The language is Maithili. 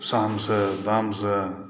शानसॅं दामसॅं